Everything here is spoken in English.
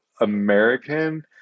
american